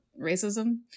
racism